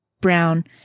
Brown